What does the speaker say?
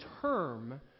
term